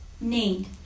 need